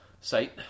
Site